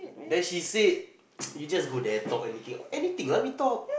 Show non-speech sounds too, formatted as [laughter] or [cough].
then she said [noise] you just go there talk anything anything lah we talk